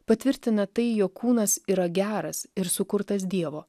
patvirtina tai jog kūnas yra geras ir sukurtas dievo